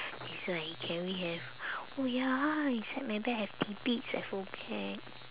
that's why can we have oh ya ah inside my bag have tidbits I forget